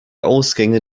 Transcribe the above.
ausgänge